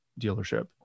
dealership